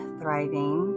thriving